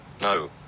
No